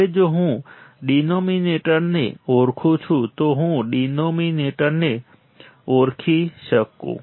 હવે જો હું ડિનોમિનેટરને ઓળખું તો હું ડિનોમિનેટરને ઓળખી શકું